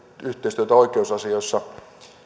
yhteistyötä oikeusasioissa